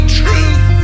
truth